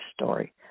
story